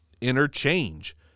interchange